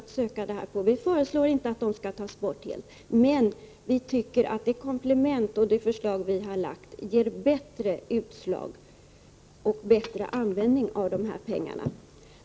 Vi föreslår inte att dessa skall tas bort, men vi tycker att det förslag som vi lagt ger bättre användning av pengarna.